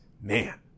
Man